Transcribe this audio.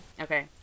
Okay